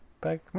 back